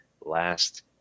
last